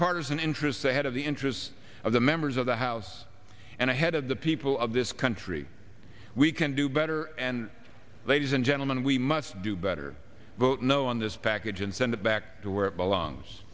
partisan interests ahead of the interests of the members of the house and ahead of the people of this country we can do better and ladies and gentlemen we must do better vote no on this package and send it back to where it belongs